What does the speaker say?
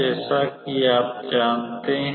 जैसा कि आप जानते है